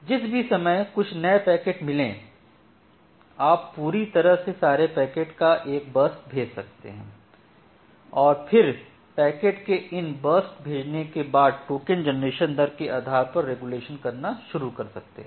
जिस भी समय कुछ नये पैकेट मिले आप पूरी तरह से सारे पैकेट का एक बर्स्ट भेज सकते हैं और फिर पैकेट के इन बर्स्ट भेजने के बाद टोकन जनरेशन दर के आधार पर रेगुलेशन करना शुरू कर सकते हैं